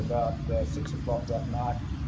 about six o'clock that night,